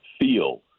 feel